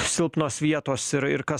silpnos vietos ir ir kas